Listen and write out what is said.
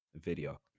video